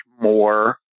more